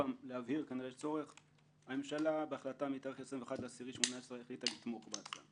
להבהיר הממשלה בהחלטה מתאריך 21.1018 החליטה לתמוך בהצעה.